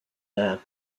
her